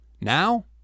Now